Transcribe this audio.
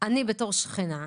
אני בתור שכנה,